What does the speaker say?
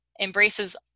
embraces